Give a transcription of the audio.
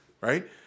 right